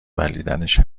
بلعیدنش